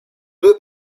due